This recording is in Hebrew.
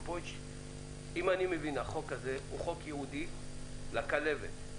אני מבין שהחוק הזה הוא חוק ייעודי לעניין הכלבת.